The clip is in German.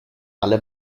alle